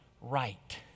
right